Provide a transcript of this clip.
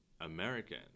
American